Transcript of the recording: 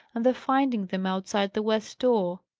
and the finding them outside the west door.